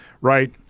right